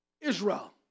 Israel